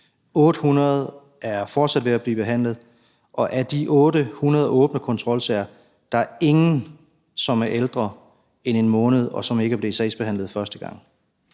800 er fortsat ved at blive behandlet, og af de 800 åbne kontrolsager er der ingen, som er ældre end en måned, og som ikke er blevet sagsbehandlet første gang.